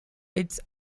its